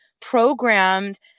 programmed